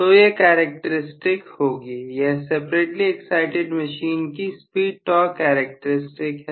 तो यह कैरेक्टरिस्टिक होंगी यह सेपरेटली एक्साइटिड मशीन की स्पीड टॉर्क करैक्टेरिस्टिक्स है